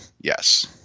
yes